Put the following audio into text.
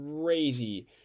crazy